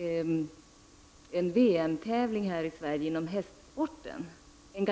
25 miljoner för en VM tävling i Sverige inom hästsporten.